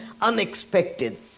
unexpected